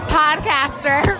podcaster